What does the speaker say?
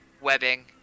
webbing